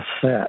set